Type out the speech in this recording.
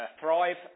Thrive